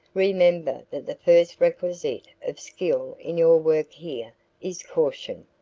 remember that the first requisite of skill in your work here is caution.